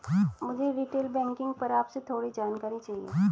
मुझे retail banking पर आपसे थोड़ी जानकारी चाहिए